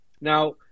Now